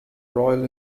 royal